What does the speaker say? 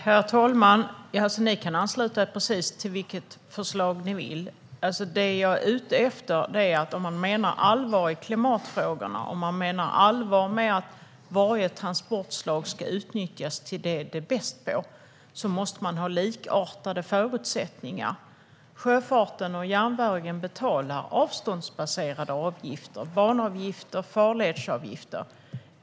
Herr talman! Ni kan ansluta er till precis vilket förslag ni vill. Det jag är ute efter är att om man menar allvar i klimatfrågorna och med att varje transportslag ska utnyttjas till det som det är bäst på måste det vara likartade förutsättningar. Sjöfarten och järnvägen betalar avståndsbaserade avgifter i form av banavgifter och farledsavgifter.